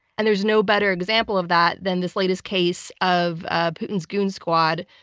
and there's no better example of that than this latest case of ah putin's goon squad,